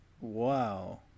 Wow